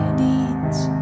deeds